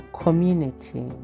community